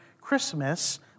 Christmas